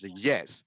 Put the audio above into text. yes